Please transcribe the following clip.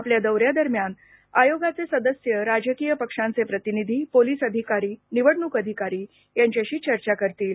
आपल्या दौऱ्यादारम्यान आयोगाचे सदस्य राजकीय पक्षांचे प्रतिनिधी पोलिस अधिकारी निवडणूक अधिकारी यांच्याशी चर्चा करतील